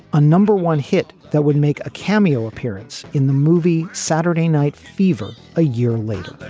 a number one hit that would make a cameo appearance in the movie saturday night fever a year later. but